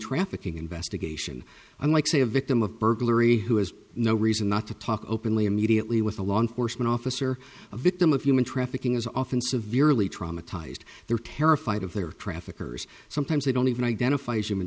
trafficking investigation unlike say a victim of burglary who has no reason not to talk openly immediately with a law enforcement officer a victim of human trafficking is often severely traumatized they're terrified of their traffickers sometimes they don't even identify as human